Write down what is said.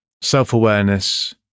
self-awareness